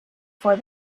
for